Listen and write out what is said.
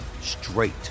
straight